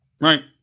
right